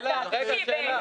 לא יעזור לך.